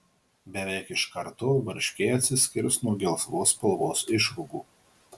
beveik iš karto varškė atsiskirs nuo gelsvos spalvos išrūgų